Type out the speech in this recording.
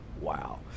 wow